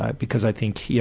because i think, yeah